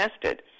tested